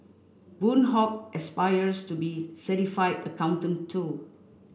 Boon Hock aspires to be certified accountant too